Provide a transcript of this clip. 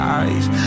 eyes